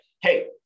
hey